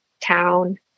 town